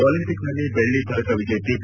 ಒಲಿಂಪಿಕ್ನಲ್ಲಿ ಬೆಳ್ಳಿ ಪದಕ ವಿಜೇತೆ ಒ